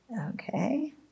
okay